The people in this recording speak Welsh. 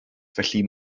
felly